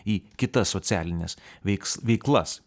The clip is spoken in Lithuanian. į kitas socialines veiks veiklas